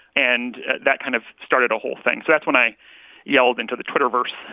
and that kind of started a whole thing. so that's when i yelled into the twitterverse